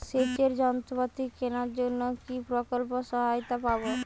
সেচের যন্ত্রপাতি কেনার জন্য কি প্রকল্পে সহায়তা পাব?